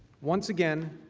once again,